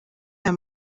aya